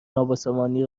نابسامانی